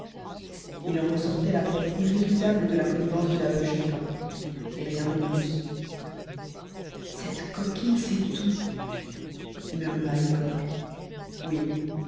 il en ressortait la preuve irrécusable de la connivence de la veuve chupin et rien de plus cette coquine sait tout murmura lecoq oui